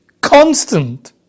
constant